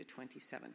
27